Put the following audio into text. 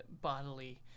bodily